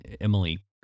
Emily